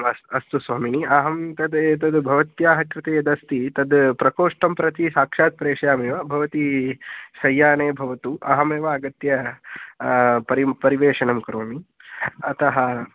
अस् अस्तु स्वामिनि अहं तद् एतद् भवत्याः कृते यदस्ति तद् प्रकोष्ठं प्रति साक्षात् प्रेषयामि वा भवती शय्याने भवतु अहमेव आगत्य परिं परिवेषणं करोमि अतः